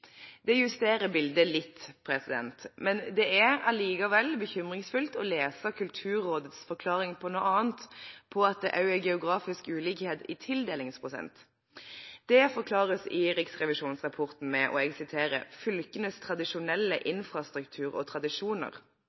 Det justerer bildet litt. Men det er likevel bekymringsfullt å lese Kulturrådets forklaring på noe annet, nemlig at det også er geografisk ulikhet i tildelingsprosent. Det forklares i Riksrevisjonens rapport med «fylkenes kulturelle infrastruktur og